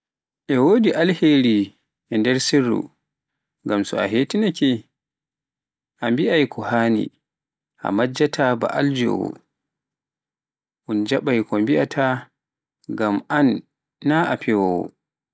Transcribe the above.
E wodi alheri e nder siru, ngam so a hetinaake, a mbiaai ko haani, a majjataa, ba aljowoo, un jaɓai kon biaata, ngam an naa fewowoo.